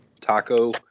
taco